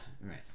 right